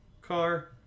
car